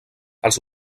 els